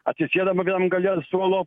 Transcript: atsisėdam vienam gale ant suolo